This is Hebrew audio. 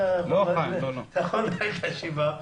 אני בזכות דיבור,